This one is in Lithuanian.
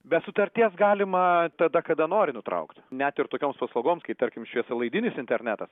be sutarties galima tada kada nori nutraukti net ir tokioms paslaugo s kaip tarkim šviesolaidinis internetas